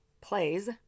plays